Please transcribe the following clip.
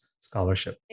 scholarship